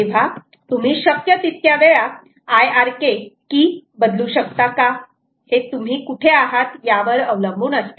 तेव्हा तुम्ही शक्य तितक्या वेळा आय आर के की बदलू शकता का हे तुम्ही कुठे आहात यावर अवलंबून असते